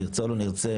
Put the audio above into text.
נרצה או לא נרצה,